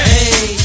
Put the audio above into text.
Hey